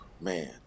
Man